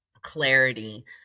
clarity